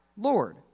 Lord